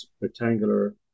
rectangular